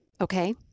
Okay